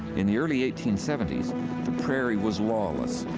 in the early eighteen seventy s the prairie was lawless.